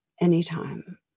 anytime